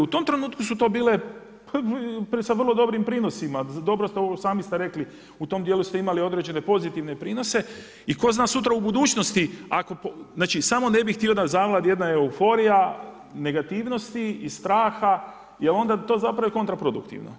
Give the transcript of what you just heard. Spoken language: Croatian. U tom trenutku su to bile sa vrlo dobrim prinosima, dobro ste, sami ste rekli, u tom dijelu ste imali određene pozitivne prinose i tko zna sutra u budućnosti ako znači, samo ne bih htio da zavlada jedna euforija negativnosti i straha jer onda to zapravo je kontraproduktivno.